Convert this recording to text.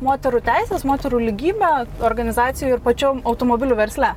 moterų teisės moterų lygybė organizacijų ir pačių automobilių versle